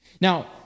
Now